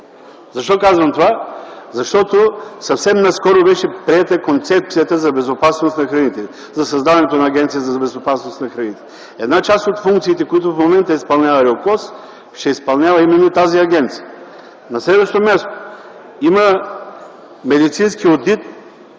Защо казвам това? Защото съвсем наскоро беше приета концепцията за безопасност на храните, за създаването на Агенцията за безопасност на храните. Една част от функциите, които изпълнява РИОКОЗ, ще изпълнява именно тази агенция. На следващо място, има медицински одит,